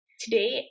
today